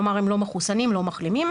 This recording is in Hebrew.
כלומר הם לא מחוסנים ולא מחלימים,